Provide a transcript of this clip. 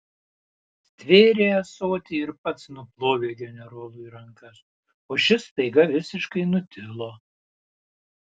stvėrė ąsotį ir pats nuplovė generolui rankas o šis staiga visiškai nutilo